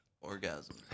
orgasm